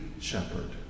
shepherd